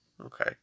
Okay